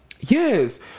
Yes